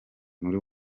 muri